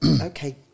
Okay